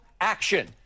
action